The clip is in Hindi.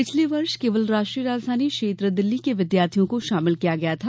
पिछले वर्ष केवल राष्ट्रीय राजधानी क्षेत्र दिल्ली के विद्यार्थियों को शामिल किया गया था